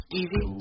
easy